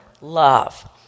love